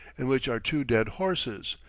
in which are two dead horses,